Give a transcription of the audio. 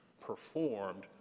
performed